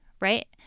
right